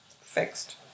fixed